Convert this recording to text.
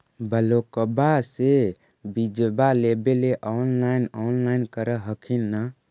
ब्लोक्बा से बिजबा लेबेले ऑनलाइन ऑनलाईन कर हखिन न?